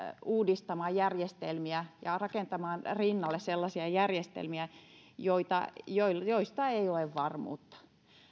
uudistamaan järjestelmiä ja rakentamaan rinnalle sellaisia järjestelmiä joista ei ole varmuutta